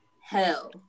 hell